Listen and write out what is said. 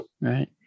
right